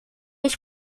ich